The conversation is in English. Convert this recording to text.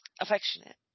affectionate